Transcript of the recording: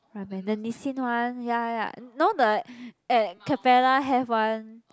ramen the Nissin one ya ya now the at Capella have one